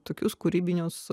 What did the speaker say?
tokius kūrybinius